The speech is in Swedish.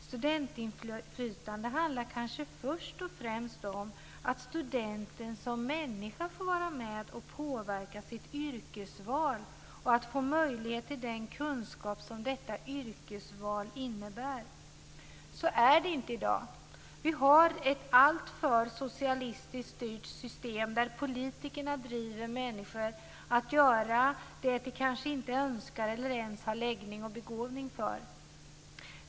Studentinflytande handlar kanske först och främst om att studenten som människa får vara med och påverka sitt yrkesval och får möjlighet till den kunskap som detta yrkesval innebär. Så är det inte i dag. Vi har ett alltför socialistiskt styrt system där politikerna driver människor att göra vad de kanske inte önskar eller ens har läggning och begåvning för.